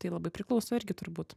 tai labai priklauso irgi turbūt